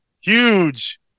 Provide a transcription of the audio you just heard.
huge